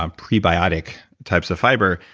um prebiotic types of fiber,